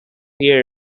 year